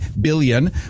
billion